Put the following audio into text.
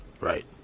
Right